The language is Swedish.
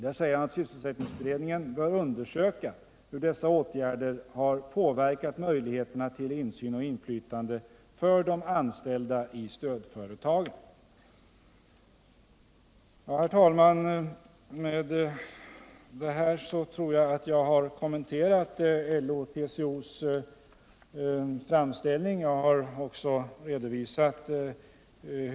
Han säger: ”Sysselsättningsutredningen bör undersöka hur dessa åtgärder har påverkat möjligheterna till insyn och inMlytande för de anställda i stödföretagen.” Herr talman! Med detta tror jag att jag kommenterat framställningen från LO och TCO.